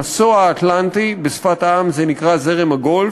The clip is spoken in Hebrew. המסוע האטלנטי, בשפת העם זה נקרא זרם הגולף,